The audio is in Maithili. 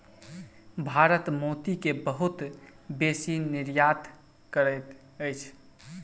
भारत मोती के बहुत बेसी निर्यात करैत अछि